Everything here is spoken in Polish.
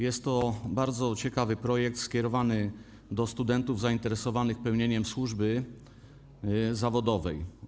Jest to bardzo ciekawy projekt skierowany do studentów zainteresowanych pełnieniem służby zawodowej.